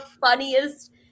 funniest